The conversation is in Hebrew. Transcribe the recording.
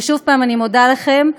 ושוב, אני מודה לכם.